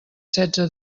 setze